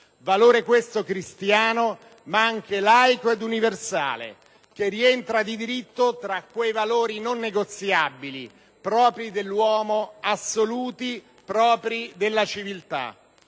Valore questo cristiano ma anche laico ed universale, che rientra di diritto tra quei valori «non negoziabili» propri dell'uomo, assoluti, propri della civiltà.